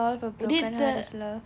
did the